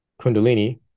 Kundalini